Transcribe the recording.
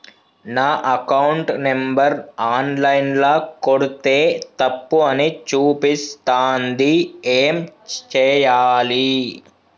నా account number online ల కొడ్తే తప్పు అని చూపిస్తాంది ఏం చేయాలి?